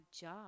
job